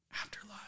Afterlife